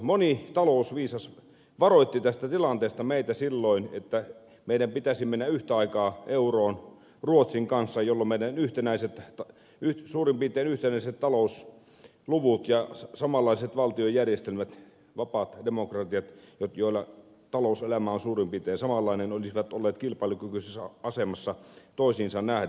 moni talousviisas varoitti tästä tilanteesta meitä silloin että meidän pitäisi mennä yhtä aikaa euroon ruotsin kanssa jolloin meidän suurin piirtein yhtenäiset talouslukumme ja samanlaiset valtiojärjestelmämme vapaat demokratiat joilla talouselämä on suurin piirtein samanlainen olisivat olleet kilpailukykyisessä asemassa toisiinsa nähden